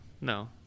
no